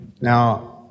Now